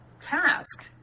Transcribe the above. task